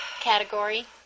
category